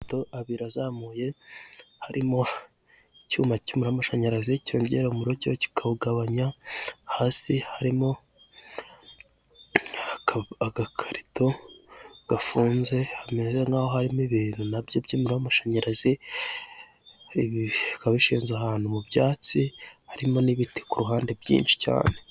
Amapoto abiri azamuye, harimo icyuma cy'umuriro cy'amashanyarazi cyongera umuriro cyangwa kikawugabanya, hasi harimo agakarito gafunze hameze nk'aho harimo ibintu n'abyo by'umuriro w'amashanyarazi, ibi bikaba babishinze ahantu mu byatsi harimo n'ibiti ku ruhande byinshi cyane.